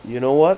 you know what